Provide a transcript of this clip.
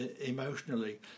emotionally